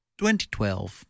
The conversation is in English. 2012